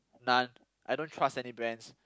none I don't trust any brands